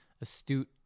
astute